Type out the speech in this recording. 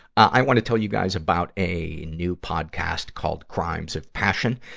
i wanna tell you guys about a new podcast called crimes of passion.